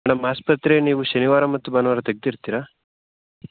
madam ಆಸ್ಪತ್ರೆ ನೀವು ಶನಿವಾರ ಮತ್ತು ಭಾನುವಾರ ತೆಗೆದಿರ್ತೀರಾ